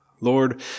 Lord